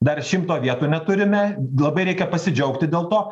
dar šimto vietų neturime labai reikia pasidžiaugti dėl to